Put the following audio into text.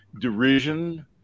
derision